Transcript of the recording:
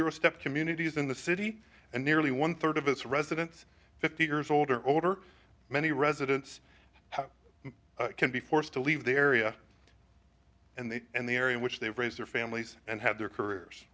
o step communities in the city and nearly one third of its residents fifty years old or older many residents can be forced to leave the area and they and the area which they've raised their families and have their careers